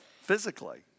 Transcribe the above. physically